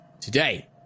today